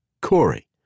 Corey